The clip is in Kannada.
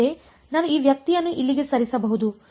ನಾನು ಈ ವ್ಯಕ್ತಿಯನ್ನು ಇಲ್ಲಿಗೆ ಸರಿಸಬಹುದು